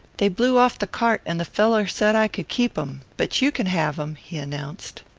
they blew off the cart and the fellow said i could keep em. but you can have em, he announced.